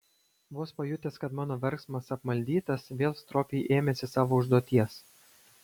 vos pajutęs kad mano verksmas apmaldytas vėl stropiai ėmėsi savo užduoties